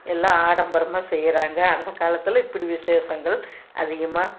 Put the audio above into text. எல்லாம் ஆடம்பரமாக செய்கிறாங்க அந்த காலத்தில் இப்படி விசேஷங்கள் அதிகமாக